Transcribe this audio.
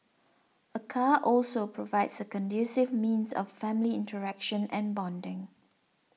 a car also provides a conducive means of family interaction and bonding